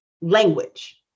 language